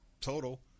total